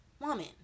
woman